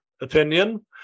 opinion